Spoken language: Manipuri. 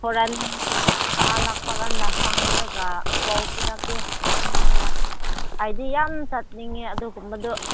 ꯍꯣꯔꯦꯟ ꯃꯥ ꯂꯥꯛꯄ ꯀꯥꯟꯗ ꯍꯪꯂꯒ ꯄꯥꯎ ꯄꯤꯔꯛꯀꯦ ꯅꯉꯣꯟꯗ ꯑꯩꯗꯤ ꯌꯥꯝ ꯆꯠꯅꯤꯡꯉꯦ ꯑꯗꯨꯒꯨꯝꯗꯨ